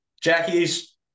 Jackie's